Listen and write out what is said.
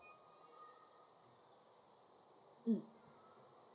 um